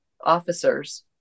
officers